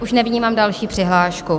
Už nevnímám další přihlášku.